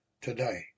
today